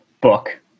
Book